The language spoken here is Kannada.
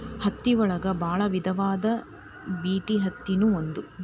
ಹತ್ತಿ ಒಳಗ ಬಾಳ ವಿಧಾ ಅದಾವ ಬಿಟಿ ಅತ್ತಿ ನು ಒಂದ